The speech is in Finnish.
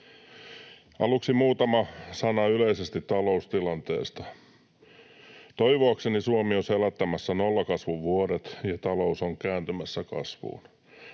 Aluksi muutama sana yleisesti taloustilanteesta. Toivoakseni Suomi on selättämässä nollakasvun vuodet ja talous on kääntymässä kasvuun.